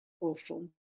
awful